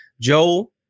Joel